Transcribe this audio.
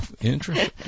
interesting